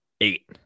eight